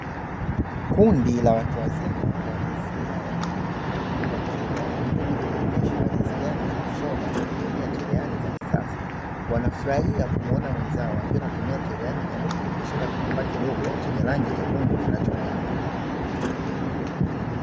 Kundi la watu wazima wa jinsia ya kike wakiwa wametoka kuelimishwa jinsi gani ya kushona kwa kutumia cherehani za kisasa, wanafurahia kumuona mwenzao akiwa anatumia cherehani nyeupe kushona kitambaa kidogo chenye rangi nyekundu kinachong’aa.